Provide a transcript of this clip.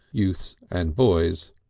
youths and boys.